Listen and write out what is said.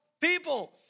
people